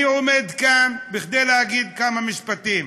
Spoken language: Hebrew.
אני עומד כאן כדי להגיד כמה משפטים,